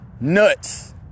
Nuts